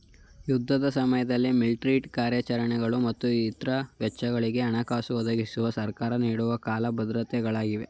ಯುದ್ಧದ ಸಮಯದಲ್ಲಿ ಮಿಲಿಟ್ರಿ ಕಾರ್ಯಾಚರಣೆಗಳು ಮತ್ತು ಇತ್ರ ವೆಚ್ಚಗಳಿಗೆ ಹಣಕಾಸು ಒದಗಿಸುವ ಸರ್ಕಾರ ನೀಡುವ ಕಾಲ ಭದ್ರತೆ ಗಳಾಗಿವೆ